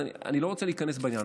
אני לא רוצה להיכנס לעניין.